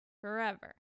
forever